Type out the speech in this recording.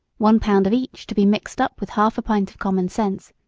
one pound of each to be mixed up with half a pint of common sense,